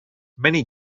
many